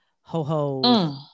ho-ho